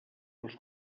els